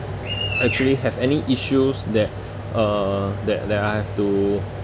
actually have any issues that uh that that I have to